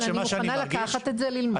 אבל אני מוכנה לקחת את זה, ללמוד.